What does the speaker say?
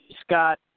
Scott